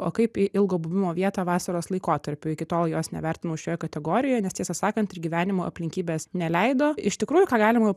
o kaip į ilgo buvimo vietą vasaros laikotarpiu iki tol jos nevertinau šioje kategorijo nes tiesą sakant ir gyvenimo aplinkybės neleido iš tikrųjų ką galima